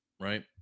right